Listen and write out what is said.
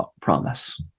promise